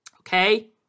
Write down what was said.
Okay